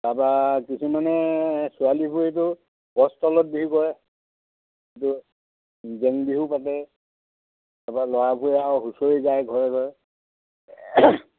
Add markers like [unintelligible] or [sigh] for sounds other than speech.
তাৰপা কিছুমানে ছোৱালীবোৰেতো গছ তলত বিহু কৰে [unintelligible] জেং বিহু পাতে তাপা ল'ৰাবোৰে আৰু হুঁচৰি গাই ঘৰে ঘৰে